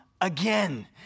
again